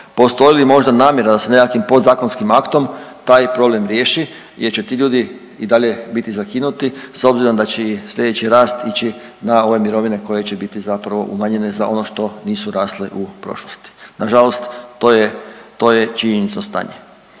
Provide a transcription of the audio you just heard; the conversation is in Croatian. postoji li možda namjera da se nekakvim podzakonskim aktom taj probleme riješi jer će ti ljudi i dalje bit zakinuti, s obzirom da će i sljedeći rast ići na ove mirovine koje će biti zapravo umanjene za ono što nisu rasle u prošlosti. Nažalost to je činjenično stanje.